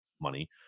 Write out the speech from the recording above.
money